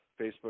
Facebook